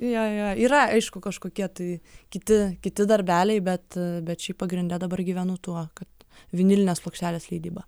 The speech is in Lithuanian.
jo jo jo yra aišku kažkokie tai kiti kiti darbeliai bet bet šiaip pagrinde dabar gyvenu tuo kad vinilinės plokštelės leidyba